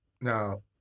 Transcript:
Now